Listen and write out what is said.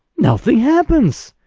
nothing happens!